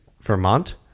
Vermont